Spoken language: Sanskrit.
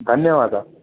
धन्यवाद